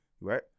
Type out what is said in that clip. right